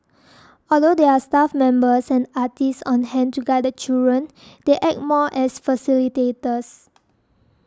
although there are staff members and artists on hand to guide the children they act more as facilitators